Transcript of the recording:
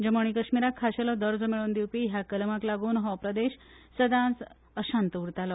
जम्मू आनी कश्मीराक खाशेलो दर्जो मेळोवन दिवपी ह्या कलमाक लागून हो प्रदेश सदांच अशांत उरतालो